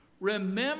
Remember